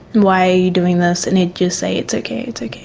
why are you doing this? and he'd just say, it's okay, it's okay,